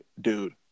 dude